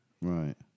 Right